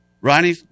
Ronnie